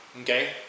Okay